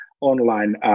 online